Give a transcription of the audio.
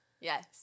Yes